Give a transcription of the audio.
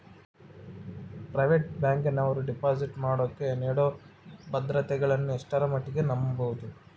Private ಬ್ಯಾಂಕಿನವರು deposit ಮಾಡೋಕೆ ನೇಡೋ ಭದ್ರತೆಗಳನ್ನು ಎಷ್ಟರ ಮಟ್ಟಿಗೆ ನಂಬಬಹುದು?